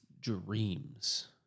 dreams